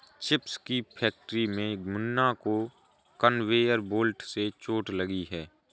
chips की factory में मुन्ना को कन्वेयर बेल्ट से चोट लगी है